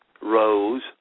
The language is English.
rose